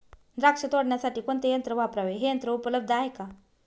द्राक्ष तोडण्यासाठी कोणते यंत्र वापरावे? हे यंत्र उपलब्ध आहे का?